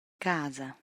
casa